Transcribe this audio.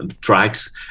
tracks